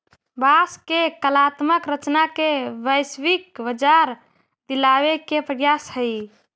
बाँस के कलात्मक रचना के वैश्विक बाजार दिलावे के प्रयास हई